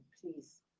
Please